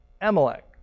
Amalek